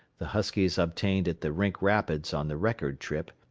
the huskies obtained at the rink rapids on the record trip,